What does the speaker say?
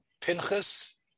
Pinchas